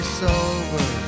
sober